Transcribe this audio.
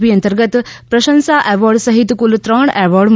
પી અંતર્ગત પ્રશંસા એવોર્ડ સહિત કુલ ત્રણ એવોર્ડ મળ્યા છે